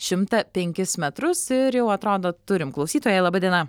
šimtą penkis metrus ir jau atrodo turim klausytoją laba diena